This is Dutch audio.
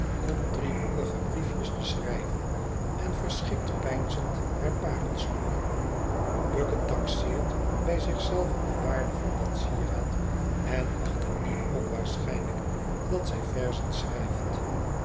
om driehoekige briefjes te schrijven en verschikt peinzend haar parelsnoer bucket taxeert bij zich zelven de waarde van dat sieraad en acht het niet onwaarschijnlijk dat zij verzen schrijft